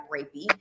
rapey